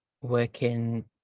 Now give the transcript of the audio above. working